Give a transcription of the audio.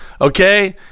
okay